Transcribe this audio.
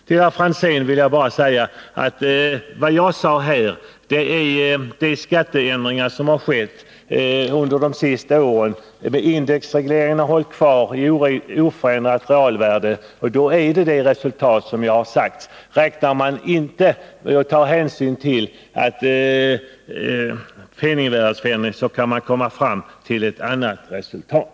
Till herr Franzén vill jag bara säga att vad jag sade här avser de skatteändringar som har skett under de senaste åren, som indexregleringen har hållit kvar i oförändrat realvärde. Då får man det resultat som jag har sagt. Om man inte tar hänsyn till penningvärdesförsämringen när man räknar, kan man komma fram till ett annat resultat.